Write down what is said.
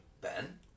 Ben